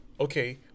Okay